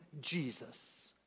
Jesus